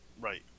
Right